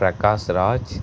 Prakash Raj